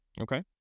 Okay